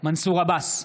מנסור עבאס,